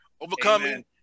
overcoming